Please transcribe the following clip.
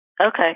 Okay